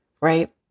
right